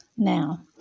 Now